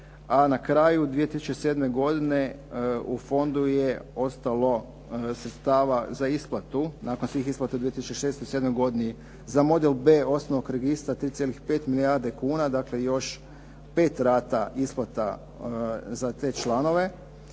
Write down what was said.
a na kraju 2007. godine u fondu je ostalo sredstava za isplatu nakon svih isplata u 2006./07. godini za model B osnovnog registra 3,5 milijardi kuna, dakle još pet rata isplata za te članove.